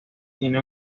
tiene